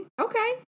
Okay